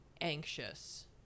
anxious